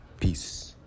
Peace